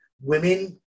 women